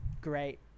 Great